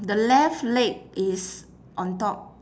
the left leg is on top